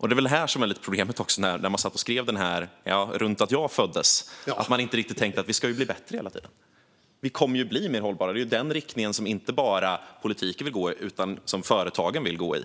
Det är väl det som är problemet. När man skrev den, runt när jag föddes, tänkte man inte riktigt att vi ska bli bättre hela tiden. Vi kommer att bli mer hållbara. Det är i den riktningen som inte bara politiken utan också företagen vill gå.